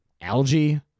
algae